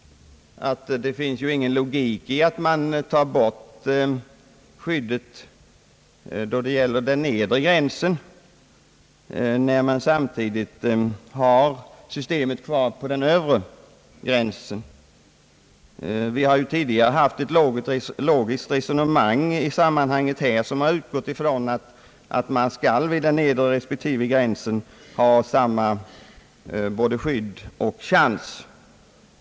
Det finns ju ingen logik i att man tar bort skyddet i fråga om den nedre gränsen, när man samtidigt har systemet kvar för den övre gränsen. Vi har tidigare fört ett logiskt resonemang, som utgått från att man vid den nedre respektive övre gränsen skall ha samma både skydd och chans.